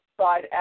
side